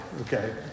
okay